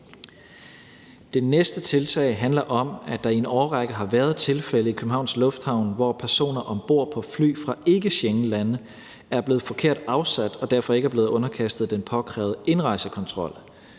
Det næste tiltag handler om, at der i en årrække har været tilfælde i Københavns Lufthavn, hvor personer om bord på fly fra ikkeschengenlande er blevet forkert sat af og derfor ikke er blevet underkastet den påkrævede indrejsekontrol.